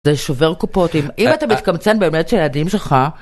זה שובר קופות אם אתה מתקמצן באמת של ילדים שלך.